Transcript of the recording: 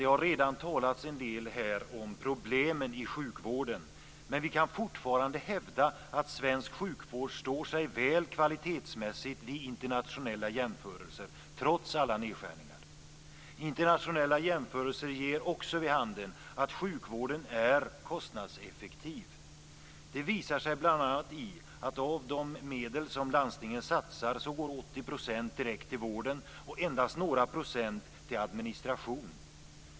Det har redan talats en del om problemen i sjukvården, men vi kan fortfarande hävda att svensk sjukvård står sig väl kvalitetsmässigt vid internationella jämförelser, trots alla nedskärningar. Internationella jämförelser ger också vid handen att sjukvården är kostnadseffektiv. Det visar sig bl.a. i att av de medel som landstingen satsar går 80 % direkt till vården och endast några procent till administration.